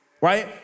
right